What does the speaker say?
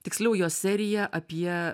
tiksliau jos serija apie